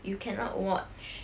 you cannot watch